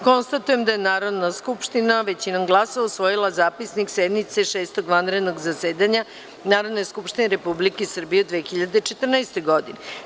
Konstatujem da je Narodna skupština većinom glasova usvojila Zapisnik sednice Sedmog vanrednog zasedanja Narodne skupštine Republike Srbije u 2014. godini.